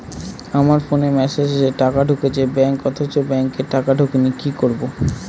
আমার ফোনে মেসেজ এসেছে টাকা ঢুকেছে ব্যাঙ্কে অথচ ব্যাংকে টাকা ঢোকেনি কি করবো?